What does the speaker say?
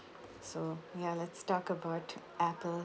so ya let's talk about apple